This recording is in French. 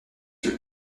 fut